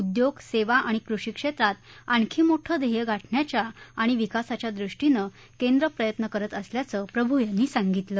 उद्योग सेवा आणि कृषी क्षेत्रात आणखी मोठं ध्येयं गाठण्याच्या आणि विकासाच्या दृष्टीनं केंद्र प्रयत्न करत असल्याचं प्रभू यांनी सांगितलं